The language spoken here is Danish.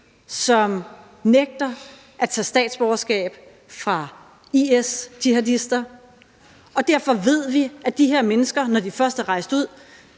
som nægter at tage statsborgerskabet fra IS-jihadister, og derfor ved vi, at de her mennesker, når de først er rejst ud